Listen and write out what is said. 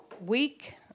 week